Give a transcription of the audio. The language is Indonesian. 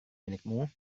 milikmu